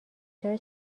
چرا